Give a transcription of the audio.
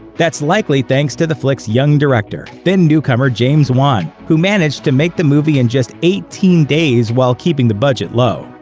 that's likely thanks to the flick's young director, then-newcomer, james wan, who managed to make the movie in just eighteen days while keeping the budget low.